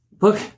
Look